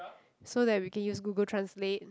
so that we can use Google translate